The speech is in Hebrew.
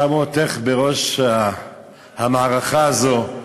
שמו אותך בראש המערכה הזאת,